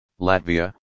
Latvia